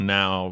now